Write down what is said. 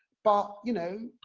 but you know,